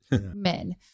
Men